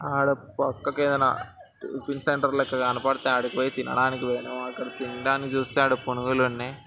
ఆడ పక్కకి అలా టిఫిన్ సెంటర్ లెక్క కనపడితే ఆడికి పోయి తినడానికి పోయినాం అక్కడ తినడానికి చూస్తే అక్కడ పునుగులు ఉన్నాయి